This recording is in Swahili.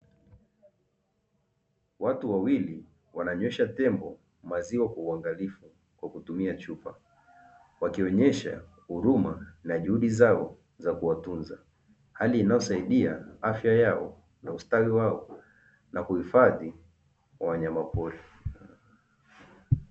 Watu wawili wananywesha tembo maziwa kwa uangalifu kwa kutumia chupa, wakionyesha huruma na juhudi zao za kuwatunza, hali inayosaidia afya yao na ustawi wao, na kuhifadhi wanyama pori.